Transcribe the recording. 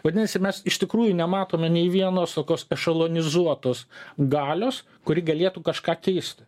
vadinasi mes iš tikrųjų nematome nei vienos tokios šalonizuotos galios kuri galėtų kažką keisti